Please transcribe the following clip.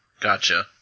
Gotcha